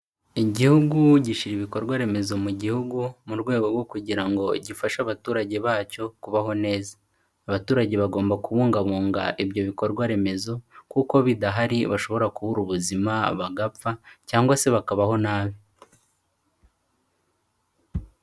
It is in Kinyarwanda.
Igihugu gishyira ibikorwa remezo mu gihugu, mu rwego rwo kugira ngo gifashe abaturage bacyo kubaho neza. Abaturage bagomba kubungabunga ibyo bikorwa remezo kuko bidahari bashobora kubura ubuzima, bagapfa cyangwa se bakabaho nabi.